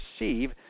receive